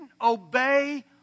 obey